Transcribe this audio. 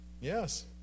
yes